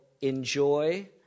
enjoy